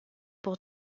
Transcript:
pour